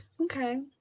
Okay